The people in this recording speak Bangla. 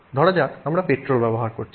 ধরা যাক আমরা পেট্রোল ব্যবহার করছি